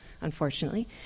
unfortunately